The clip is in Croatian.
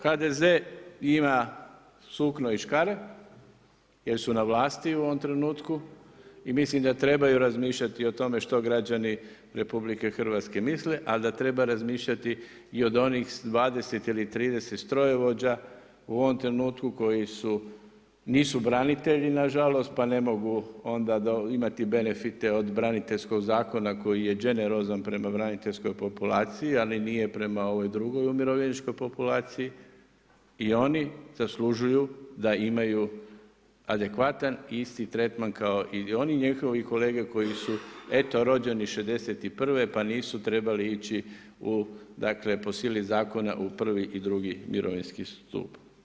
HDZ ima sukno i škare jer su na vlasti u ovome trenutku i mislim da trebaju razmišljati o tome što građani RH misle, a da treba razmišljati i od onih 20 ili 30 strojovođa u ovom trenutku koji nisu branitelji nažalost pa ne mogu imati benefite od braniteljskog zakona koji je dženerozan prema braniteljskog populaciji, ali nije prema ovoj drugoj umirovljeničkoj populaciji i oni zaslužuju da imaju adekvatan isti tretman kao i oni njihovi kolege koji su eto rođeni '61. pa nisu trebali ići po sili zakona u prvi i drugi mirovinski stup.